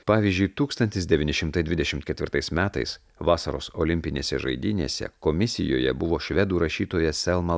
pavyzdžiui tūkstantis devynišimtai dvidešimketvirtais metais vasaros olimpinėse žaidynėse komisijoje buvo švedų rašytoja selma